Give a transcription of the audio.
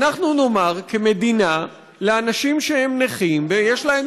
אנחנו נאמר כמדינה לאנשים שהם נכים ויש להם